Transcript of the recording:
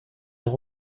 who